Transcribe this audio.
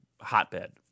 hotbed